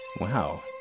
Wow